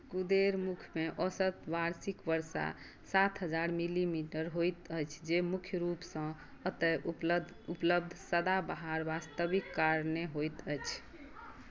कुदेरमुखमे औसत वार्षिक वर्षा सात हजार मिली मीटर होइत अछि जे मुख्य रूपसँ एतय उपलब्ध सदाबहार वास्तविक कारणे होइत अछि